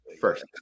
first